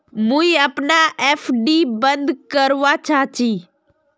मुई अपना एफ.डी बंद करवा चहची